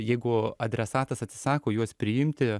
jeigu adresatas atsisako juos priimti